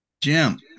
Jim